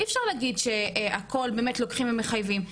אי אפשר להגיד שהכול באמת לוקחים ומחייבים,